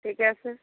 ঠিক আছে